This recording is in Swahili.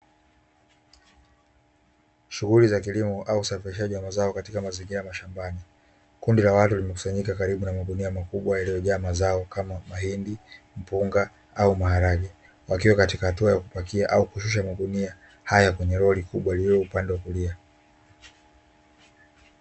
Shughuli za kilimo au usafirishaji wa mazao katika mazingira ya shambani. Kundi la watu limekusanyika karibu na magunia makubwa yaliyojaa mazao kama: mahindi, mpunga au maharage; wakiwa katika hatua ya kupakia au kushusha magunia haya kwenye lori kubwa lililo upande wa kulia.